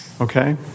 Okay